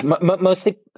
Mostly